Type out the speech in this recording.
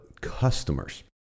customers